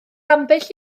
ambell